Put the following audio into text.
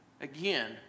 again